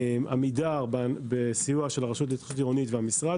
עמידר בסיוע של הרשות להתחדשות עירונית ושל המשרד